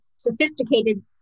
sophisticated